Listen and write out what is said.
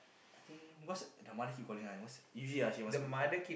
I think because their mother keep calling one usually she must cook